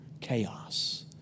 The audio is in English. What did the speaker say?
chaos